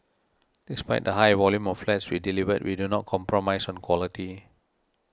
despite the high volume of flats we delivered we do not compromise on quality